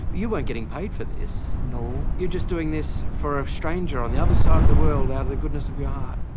you weren't getting paid for this? no. you're just doing this for a stranger on the other side of the world out of the goodness of your heart.